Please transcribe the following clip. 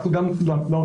אנחנו גם למדנו,